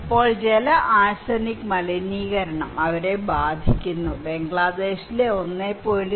ഇപ്പോൾ ജല ആർസെനിക് മലിനീകരണം അവരെ ബാധിക്കുന്നു ബംഗ്ലാദേശിലെ 1